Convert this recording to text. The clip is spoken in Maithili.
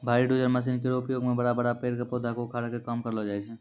भारी डोजर मसीन केरो उपयोग सें बड़ा बड़ा पेड़ पौधा क उखाड़े के काम करलो जाय छै